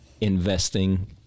investing